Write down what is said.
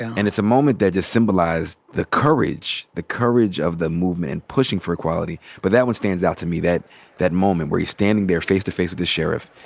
and it's a moment that just symbolized the courage. the courage of the movement and pushing for equality. but that one stands out to me. that that moment where he's standing there face to face with this sheriff.